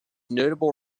notable